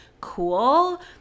cool